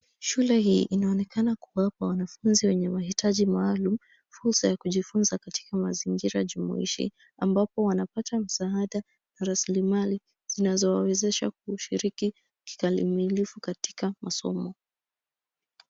Shule hii inaonekana kuwapa wanafunzi wenye mahitaji maalum fursa ya kujifunza katika mazingira jumuishi ambapo wanapata msaada, rasilimali, zinazo wawezesha kushiriki kikamilifu katika masomo.